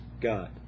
God